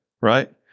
Right